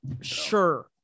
sure